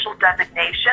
Designation